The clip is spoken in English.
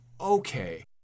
okay